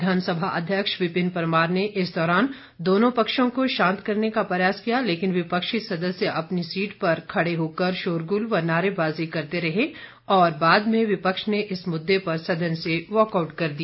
विधानसभा अध्यक्ष विपिन परमार ने इस दौरान दोनों पक्षों को शांत करने का प्रयास किया लेकिन विपक्षी सदस्य अपनी सीट पर खड़े होकर शोरगुल व नारेबाजी करते रहे और बाद में विपक्ष ने इस मुद्दे पर सदन से वॉकआउट कर दिया